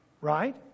Right